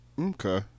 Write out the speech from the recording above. Okay